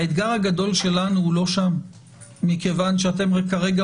האתגר הגדול שלנו הוא לא שם מכיוון שאתם כרגע